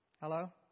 Hello